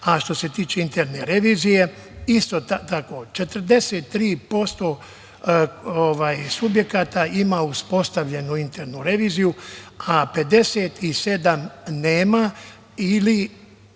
A što se tiče interne revizije isto tako, 43% subjekata ima uspostavljenu internu reviziju, a 57 nema ili